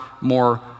more